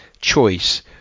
choice